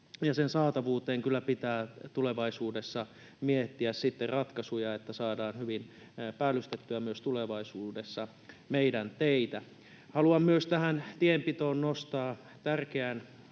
sen saatavuuteen kyllä pitää tulevaisuudessa miettiä ratkaisuja, että saadaan hyvin päällystettyä myös tulevaisuudessa meidän teitä. Haluan myös tähän tienpitoon nostaa tärkeän